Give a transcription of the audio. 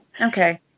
Okay